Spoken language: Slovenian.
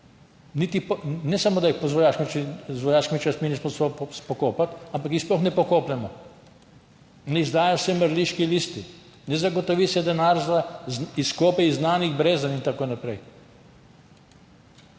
ne samo da jih z vojaškimi častmi nismo sposobni pokopati, ampak jih sploh ne pokopljemo. Ne izdajo se mrliški listi, ne zagotovi se denar za izkop iz znanih brezen in tako naprej.